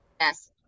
Yes